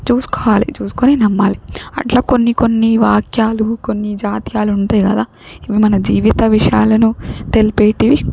చూసుకోవాలి చూసుకొని నమ్మాలి అట్లా కొన్ని కొన్ని వాక్యాలు కొన్ని జాతీయాలు ఉంటాయి కదా ఇవి మన జీవిత విషయాలను తెలిపేవి